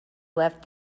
left